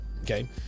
Okay